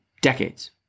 decades